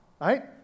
Right